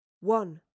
One